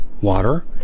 Water